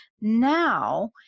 Now